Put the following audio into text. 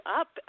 up